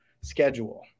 schedule